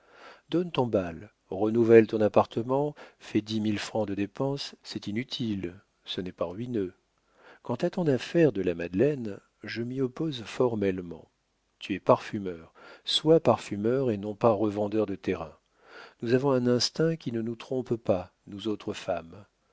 donne ton bal renouvelle ton appartement fais dix mille francs de dépense c'est inutile ce n'est pas ruineux quant à ton affaire de la madeleine je m'y oppose formellement tu es parfumeur sois parfumeur et non pas revendeur de terrains nous avons un instinct qui ne nous trompe pas nous autres femmes